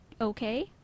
okay